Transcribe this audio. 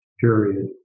period